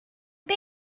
bum